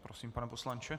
Prosím, pane poslanče.